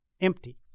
empty